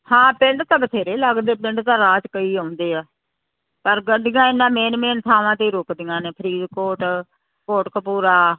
ਹਾਂ ਪਿੰਡ ਤਾਂ ਬਥੇਰੇ ਲੱਗਦੇ ਪਿੰਡ ਤਾਂ ਰਾਹ 'ਚ ਕਈ ਆਉਂਦੇ ਆ ਪਰ ਗੱਡੀਆਂ ਇਹਨਾਂ ਮੇਨ ਮੇਨ ਥਾਵਾਂ 'ਤੇ ਹੀ ਰੁਕਦੀਆਂ ਨੇ ਫਰੀਦਕੋਟ ਕੋਟਕਪੂਰਾ